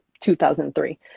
2003